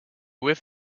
whiff